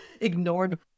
ignored